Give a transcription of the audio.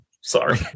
sorry